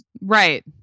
Right